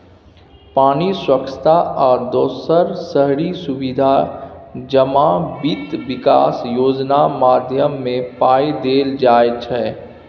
पानि, स्वच्छता आ दोसर शहरी सुबिधा जमा बित्त बिकास योजना माध्यमे पाइ देल जाइ छै